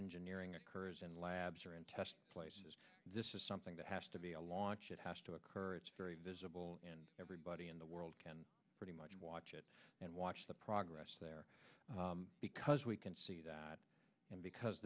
engineering occurs in labs or in test places this is something that has to be a launch it has to occur it's very visible and everybody in the world can pretty much watch it and watch the progress there because we can see that because